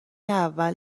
اول